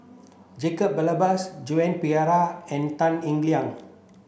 Jacob Ballas Joan Pereira and Tan Eng Liang